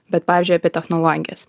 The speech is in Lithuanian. bet pavyzdžiui apie technologijas